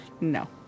no